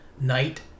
night